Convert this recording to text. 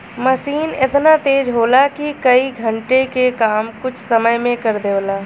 मसीन एतना तेज होला कि कई घण्टे के काम कुछ समय मे कर देवला